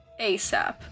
ASAP